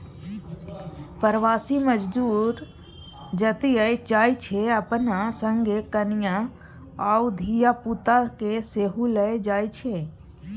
प्रबासी मजदूर जतय जाइ छै अपना संगे कनियाँ आ धिया पुता केँ सेहो लए जाइ छै